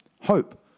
hope